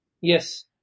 Yes